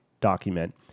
document